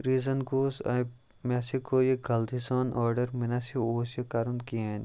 reason گوس مےٚ ہَسا گوٚو یہِ غلطی سان آرڈَر مےٚ ناسے اوس یہِ کَرُن کِہیٖنۍ